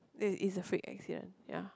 this it's a freak accident ya